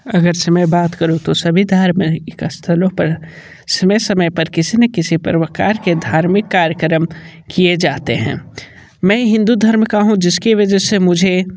अगर से मैं बात करूँ तो सभी धार्मिक स्थलों पर समय समय पर किसी न किसी प्रकार के धार्मिक कार्यक्रम किए जाते हैं मैं हिंदू धर्म का हूँ जिसके वजह से मुझे